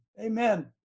amen